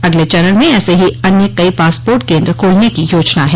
अगले चरण में ऐसे ही अन्य कई पासपोर्ट केन्द्र खोलने की योजना है